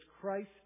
Christ